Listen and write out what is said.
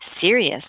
serious